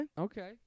Okay